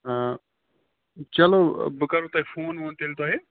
چلو بہٕ کَرَو تۄہہِ فون وون تیٚلہِ تۄہہِ